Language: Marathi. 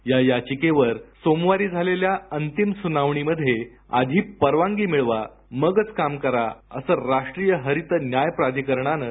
या याचिकेवर सोमवारी झालेल्या अंतिम सुनावणीमध्ये आधी परवानगी मिळवा मगच काम करा असंराष्ट्रीय हरीत न्याय प्राधिकरणानं